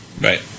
Right